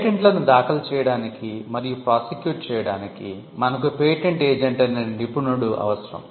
పేటెంట్లను దాఖలు చేయడానికి మరియు ప్రాసిక్యూట్ చేయడానికి మనకు పేటెంట్ ఏజెంట్ అనే నిపుణుడు అవసరం